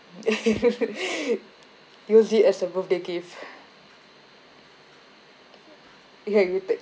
use it as a birthday gift ya you take